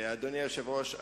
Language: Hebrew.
אדוני היושב-ראש,